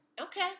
Okay